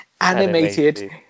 animated